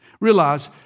Realize